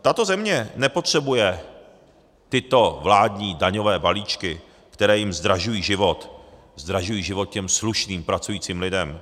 Tato země nepotřebuje tyto vládní daňové balíčky, které jim zdražují život, zdražují život těm slušným pracujícím lidem.